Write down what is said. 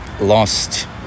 lost